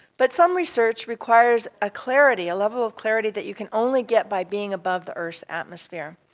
but some research requires a clarity, a level of clarity that you can only get by being above the earth's atmosphere.